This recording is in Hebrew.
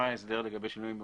מה ההסדר לגבי שינויים בפרטים,